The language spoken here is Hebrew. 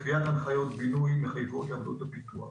קביעת הנחיות בינוי מחייבות לעבודות הבינוי והפיתוח.